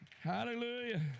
Hallelujah